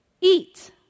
eat